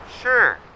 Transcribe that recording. Sure